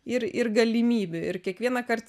ir ir galimybių ir kiekvienąkart